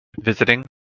visiting